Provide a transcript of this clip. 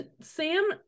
sam